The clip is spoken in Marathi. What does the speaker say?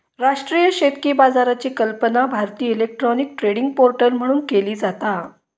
राष्ट्रीय शेतकी बाजाराची कल्पना भारतीय इलेक्ट्रॉनिक ट्रेडिंग पोर्टल म्हणून केली जाता